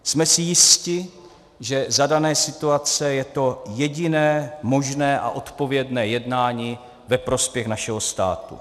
Jsme si jisti, že za dané situace je to jediné možné a odpovědné jednání ve prospěch našeho státu.